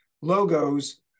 logos